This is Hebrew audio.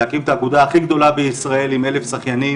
להקים את האגודה הכי גדולה בישראל עם אלף שחיינים,